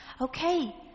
okay